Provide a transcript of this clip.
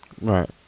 Right